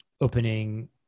opening